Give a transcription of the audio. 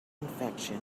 infection